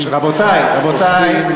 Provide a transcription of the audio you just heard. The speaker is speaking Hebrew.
רבותי, רבותי.